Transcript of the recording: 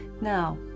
Now